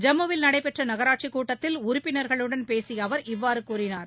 ஜம்முவில் நடைபெற்ற நகராட்சி கூட்டத்தில் உறுப்பினர்களுடன் பேசிய அவர் இவ்வாறு கூறினார்